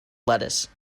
lettuce